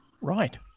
Right